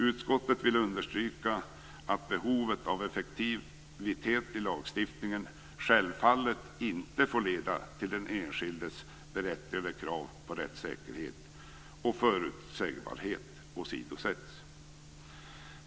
Utskottet understryker att behovet av effektivitet i lagstiftningen självfallet inte får leda till att den enskildes berättigade krav på rättssäkerhet och förutsägbarhet åsidosätts.